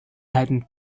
halten